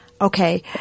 Okay